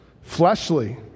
Fleshly